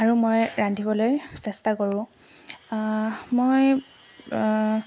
আৰু মই ৰান্ধিবলৈ চেষ্টা কৰোঁ মই